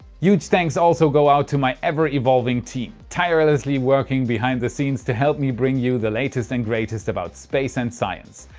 huge thanks also go out to my ever evolving team. tirelessly working behind the scenes to help me bring you the latest and greatest about space and science!